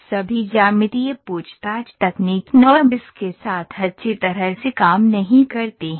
सभी ज्यामितीय पूछताछ तकनीक NURBS के साथ अच्छी तरह से काम नहीं करती हैं